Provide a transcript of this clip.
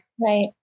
right